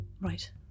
Right